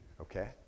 Okay